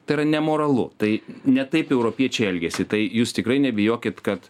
tai yra nemoralu tai ne taip europiečiai elgiasi tai jūs tikrai nebijokit kad